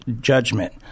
judgment